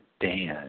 Dan